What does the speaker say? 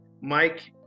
mike